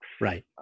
Right